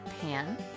pan